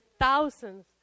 thousands